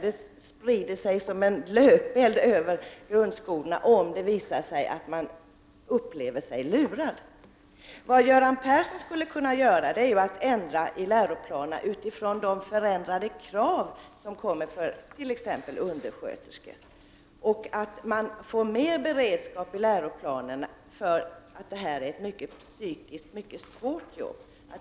Det sprider sig som en löpeld över grundskolorna om det visar sig att eleverna känner sig lurade. Vad Göran Persson skulle kunna göra är att ändra i läroplanerna utifrån de förändrade krav som kommer att gälla t.ex. undersköterskor och att se till att det ges mer beredskap i läroplanerna med tanke på att detta är ett psykologiskt mycket svårt jobb.